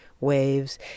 waves